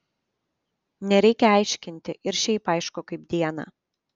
nereikia aiškinti ir šiaip aišku kaip dieną